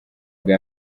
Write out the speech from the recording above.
bwa